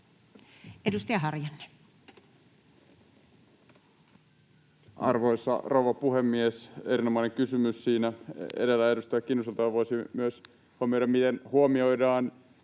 Edustaja Harjanne. Arvoisa rouva puhemies! Erinomainen kysymys siinä edellä edustaja Kinnuselta, ja voisi myös huomioida, miten huomioidaan